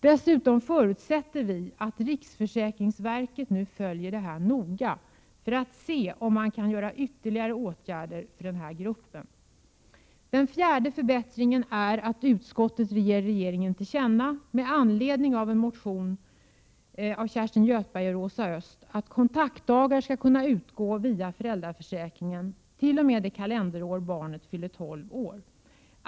Dessutom förutsätter vi att riksförsäkringsverket nu följer detta noga, för att se om man kan vidta ytterligare åtgärder för den gruppen. Den fjärde förbättringen är att utskottet ger regeringen till känna, med anledning av en motion av Kerstin Göthberg och Rosa Östh, att kontaktdagar skall kunna utgå via föräldraförsäkringen t.o.m. det kalenderår barnet fyller tolv år.